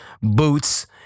boots